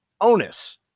onus